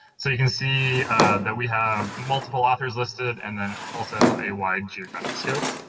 so you can see that we have multiple authors listed and then also a wide geographic scope.